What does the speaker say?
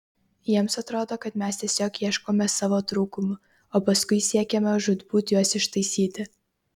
jiems atrodo kad mes tiesiog ieškome savo trūkumų o paskui siekiame žūtbūt juos ištaisyti